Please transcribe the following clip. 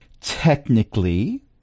technically